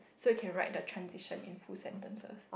so you can write the transition in full sentences